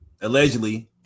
Allegedly